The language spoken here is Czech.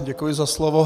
Děkuji za slovo.